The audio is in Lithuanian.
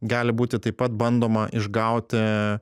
gali būti taip pat bandoma išgauti